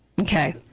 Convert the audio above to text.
Okay